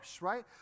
right